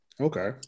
Okay